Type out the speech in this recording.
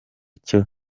cyo